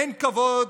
אין כבוד